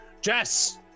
Jess